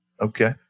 Okay